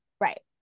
Right